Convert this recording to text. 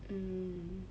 mm